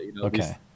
Okay